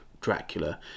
Dracula